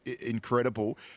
incredible